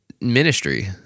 Ministry